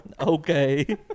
okay